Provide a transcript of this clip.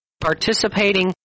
participating